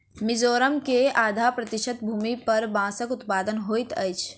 मिजोरम के आधा प्रतिशत भूमि पर बांसक उत्पादन होइत अछि